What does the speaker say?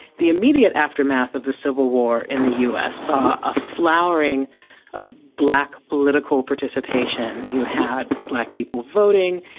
the immediate aftermath of the civil war in the us saw a flowering of black political participation. you had black people voting,